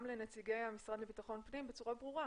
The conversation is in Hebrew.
לנציגי המשרד לביטחון פנים בצורה ברורה,